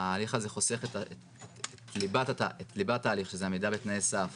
ההליך הזה חוסך את ליבת ההליך, שזה עמידה בתנאי סף